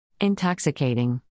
Intoxicating